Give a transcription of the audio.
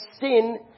sin